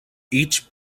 each